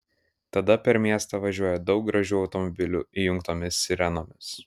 tada per miestą važiuoja daug gražių automobilių įjungtomis sirenomis